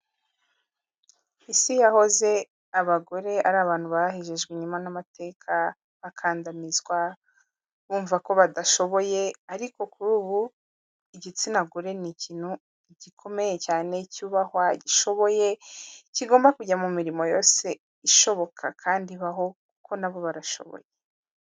Isi yahoze abagore ari abantu bahejejwe inyuma n'amateka, bakandamizwa, bumva ko badashoboye ariko kuri ubu igitsina gore ni ikintu gikomeye cyane, cyubahwa, gishoboye, kigomba kujya mu mirimo yose ishoboka kandi ibaho, kuko na bo barashoboye.